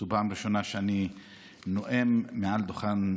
זו פעם ראשונה שאני נואם מעל דוכן,